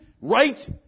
right